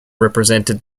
represented